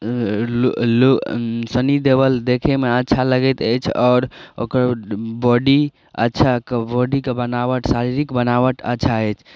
लो लो सनी देवल देखैमे अच्छा लगैत अछि आओर ओकर बॉडी अच्छा ओकर बॉडीके बनावट शारीरिक बनावट अच्छा अछि